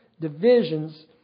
divisions